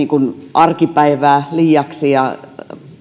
arkipäivää liiaksi ja